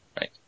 Right